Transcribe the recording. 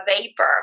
vapor